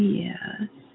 yes